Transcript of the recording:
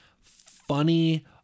funny